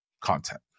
content